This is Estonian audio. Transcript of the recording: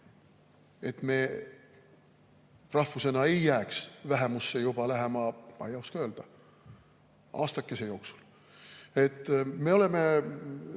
et me rahvusena ei jääks vähemusse juba lähema, ma ei oska öelda, aastakese jooksul? Me oleme